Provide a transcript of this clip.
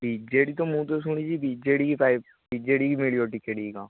BJD ତ ମୁଁ ତ ଶୁଣିଛି ବିଜେଡ଼ି ପାଇବ ବିଜେଡ଼ି ମିଳିବ ଟିକେଟ୍ କି କ'ଣ